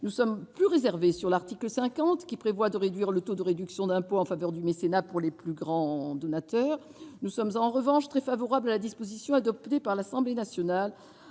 Nous sommes plus réservés sur l'article 50 du PLF prévoyant de diminuer le taux de réduction d'impôt en faveur du mécénat pour les plus grands donateurs. Nous soutenons fortement, en revanche, la disposition adoptée par l'Assemblée nationale